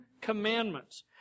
Commandments